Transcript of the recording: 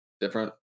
different